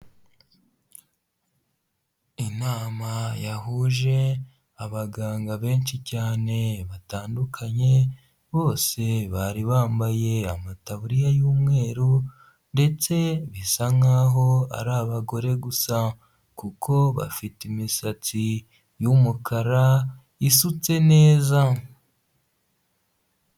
Inama yahuje abaganga benshi cyane batandukanye bose bari bambaye amtaburiya y'umweru ndetse bisa nkaho ari abagore gusa kuko bafite imisatsi yumukara isutse neza.